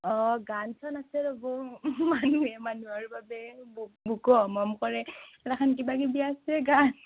অঁ গান চান আছে ৰ'ব মানুহে মানুহৰ বাবে বুকু হম হম কৰে সেইগিলাখান কিবাকিবি আছে কিবা গান